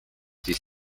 siis